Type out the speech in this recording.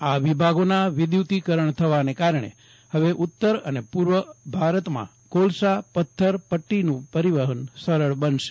આ વિભાગોના વિદ્યુતીકરણ થવાને કારણે હવે ઉત્તર અને પૂવોત્તર ભારતમાં કોલસા પથ્થર પટીનું પરિવહન સરળ બનશે